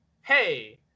hey